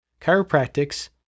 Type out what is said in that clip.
chiropractics